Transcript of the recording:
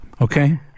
Okay